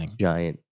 giant